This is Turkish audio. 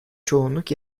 çoğunluk